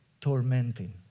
tormenting